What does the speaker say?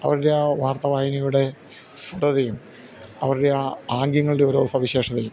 അവരുടെ ആ വാർത്ത വായനയുടെ സ്പുടതയും അവരുടെ ആ ആംഗ്യങ്ങളുടെ ഓരോ സവിശേഷതയും